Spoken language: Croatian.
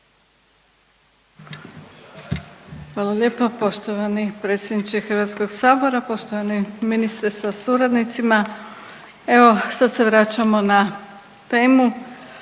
Hvala lijepa poštovani predsjedniče Hrvatskog sabora, poštovani ministre sa suradnicima. Evo sad se vraćamo na temu,